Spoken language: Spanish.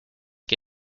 que